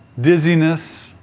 dizziness